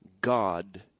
God